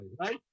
right